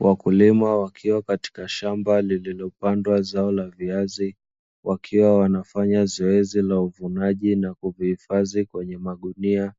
Wakulima wakiwa katika shamba lililopandwa zao la viazi, wakiwa wanafanya zoezi la uvunaji na kuvihifadhi kwenye magunia